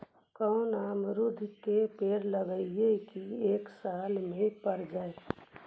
कोन अमरुद के पेड़ लगइयै कि एक साल में पर जाएं?